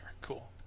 Cool